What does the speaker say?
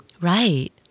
Right